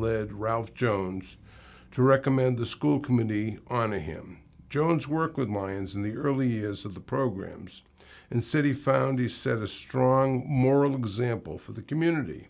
round jones to recommend the school committee honor him jones work with mines in the early years of the programs and city found he set a strong moral example for the community